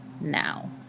now